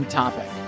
topic